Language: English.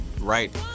right